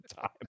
time